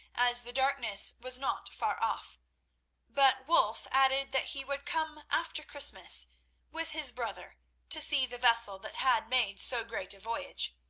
as the darkness was not far off but wulf added that he would come after christmas with his brother to see the vessel that had made so great a voyage.